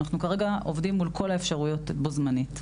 אנחנו כרגע עובדים מול כל האפשרויות בו-זמנית.